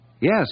Yes